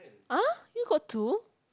ah you got two